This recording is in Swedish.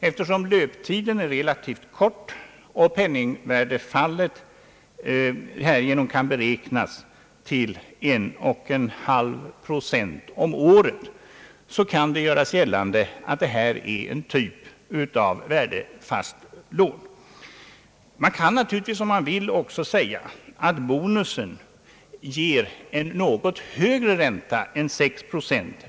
Eftersom löptiden är relativt kort och penningvärdefallet därigenom kan beräknas till 11/2 procent om året, kan det göras gällande: att detta är en typ av värdefast lån. Man kan naturligtvis också säga att bonusen ger en något högre ränta än 6 procent.